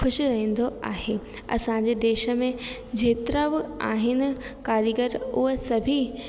ख़ुशि रहंदो आहे असांजे देश में जेतिरा बि आहिनि कारीगर उहे सभी